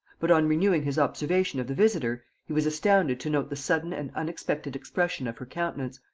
but, on renewing his observation of the visitor, he was astounded to note the sudden and unexpected expression of her countenance,